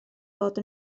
fod